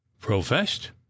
professed